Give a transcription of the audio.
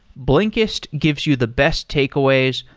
blinkist gives you the best takeaways,